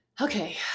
okay